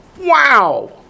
Wow